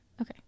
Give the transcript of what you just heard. Okay